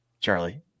charlie